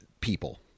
people